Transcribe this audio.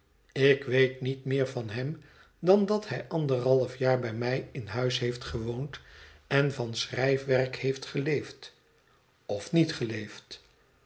ik weet niet meer van hem dan dat hij anderhalfjaar bij mij in huis heeft gewoond en van schrijfwerk heeft geleefd of niet